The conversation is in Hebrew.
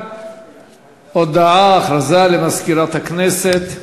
הודעה למזכירת הכנסת.